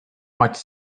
much